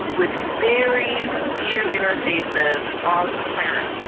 with very few interfaces are pirates.